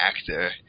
actor